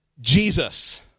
Jesus